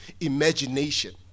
imagination